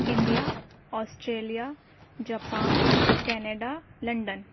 India Australia Japan Canada London